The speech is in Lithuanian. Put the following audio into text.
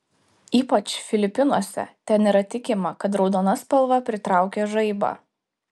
ypač filipinuose ten yra tikima kad raudona spalva pritraukia žaibą